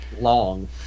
long